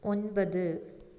ஒன்பது